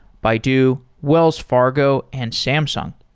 baidu, wells fargo and samsung.